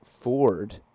Ford